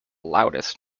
loudest